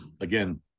again